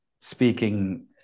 speaking